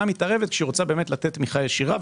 מתערבת כשהיא באמת רוצה לתת תמיכה ישירה.